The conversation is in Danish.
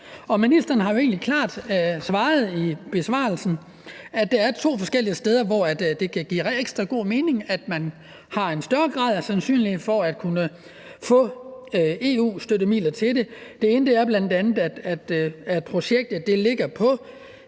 Ministeren har egentlig svaret klart i besvarelsen, at der er to forskellige steder, hvor det kan give ekstra god mening, og hvor man har en større grad af sandsynlighed for at kunne få EU-støttemidler til det. Det ene er, at projektet ligger på